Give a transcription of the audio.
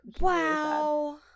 Wow